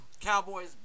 Cowboys